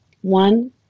one